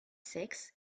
sexes